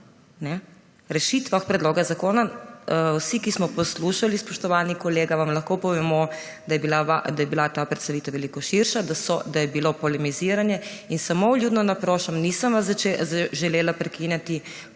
Rešitvah predloga zakona. Vsi, ki smo poslušali, spoštovani kolega, vam lahko povemo, da je bila ta predstavitev veliko širša, da je bilo polemiziranje. In samo vljudno naprošam, nisem vas želela prekinjati,